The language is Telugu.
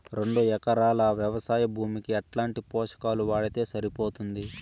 రెండు ఎకరాలు వ్వవసాయ భూమికి ఎట్లాంటి పోషకాలు వాడితే సరిపోతుంది?